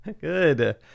Good